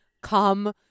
come